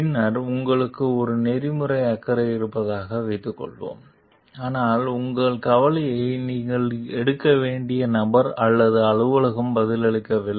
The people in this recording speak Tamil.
பின்னர் உங்களுக்கு ஒரு நெறிமுறை அக்கறை இருப்பதாக வைத்துக்கொள்வோம் ஆனால் உங்கள் கவலையை நீங்கள் எடுக்க வேண்டிய நபர் அல்லது அலுவலகம் பதிலளிக்கவில்லை